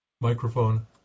Microphone